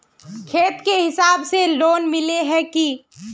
खेत के हिसाब से लोन मिले है की?